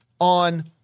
on